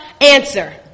answer